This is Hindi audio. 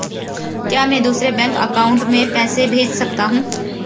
क्या मैं दूसरे बैंक अकाउंट में पैसे भेज सकता हूँ?